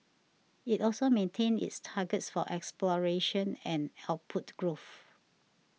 it also maintained its targets for exploration and output growth